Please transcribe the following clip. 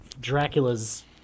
Dracula's